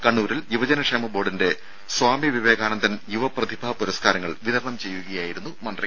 കണ്ണൂരിൽ യുവജനക്ഷേമബോർഡിന്റെ സ്വാമി വിവേകാനന്ദൻ യുവപ്രതിഭാ പുരസ്കാരങ്ങൾ വിതരണം ചെയ്യുകയായിരുന്നു മന്ത്രി